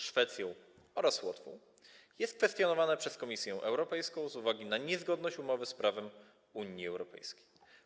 Szwecją oraz Łotwą jest kwestionowane przez Komisję Europejską z uwagi na niezgodność umów z prawem Unii Europejskiej.